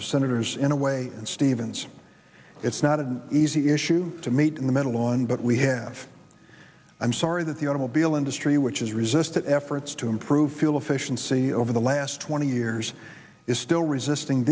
of senators in a way and stevens it's not an easy issue to meet in the middle on but we have i'm sorry that the automobile industry which has resisted efforts to improve fuel efficiency over the last twenty years is still resisting